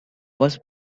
was